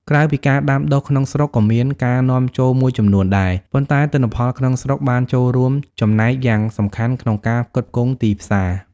ក្រៅពីការដាំដុះក្នុងស្រុក ក៏មានការនាំចូលមួយចំនួនដែរ ប៉ុន្តែទិន្នផលក្នុងស្រុកបានចូលរួមចំណែកយ៉ាងសំខាន់ក្នុងការផ្គត់ផ្គង់ទីផ្សារ។